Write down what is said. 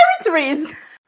territories